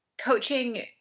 coaching